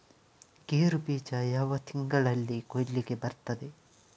ಗೇರು ಬೀಜ ಯಾವ ತಿಂಗಳಲ್ಲಿ ಕೊಯ್ಲಿಗೆ ಬರ್ತದೆ?